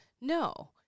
No